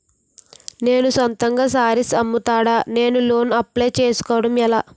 నేను సొంతంగా శారీస్ అమ్ముతాడ, నేను లోన్ అప్లయ్ చేసుకోవడం ఎలా?